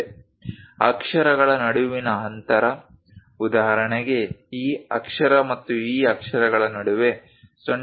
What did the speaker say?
ಅಕ್ಷರಗಳ ನಡುವಿನ ಅಂತರ ಉದಾಹರಣೆಗೆ ಈ ಅಕ್ಷರ ಮತ್ತು ಆ ಅಕ್ಷರಗಳ ನಡುವೆ 0